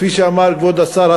כפי שאמר כבוד השר,